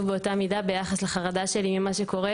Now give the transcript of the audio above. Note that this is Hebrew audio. באותה המידה ביחס לחרדה שלי ממה שקורה,